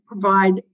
provide